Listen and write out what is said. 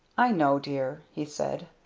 i know, dear, he said.